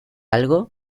algo